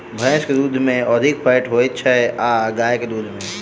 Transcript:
भैंस केँ दुध मे अधिक फैट होइ छैय या गाय केँ दुध में?